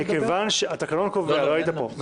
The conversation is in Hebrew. לא היית פה.